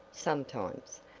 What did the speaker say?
sometimes.